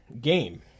game